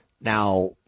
Now